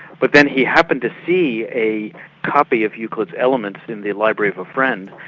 but then he happened to see a copy of euclid's elements in the library of a friend.